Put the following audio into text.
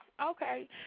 okay